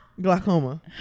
glaucoma